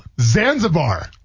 Zanzibar